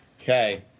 Okay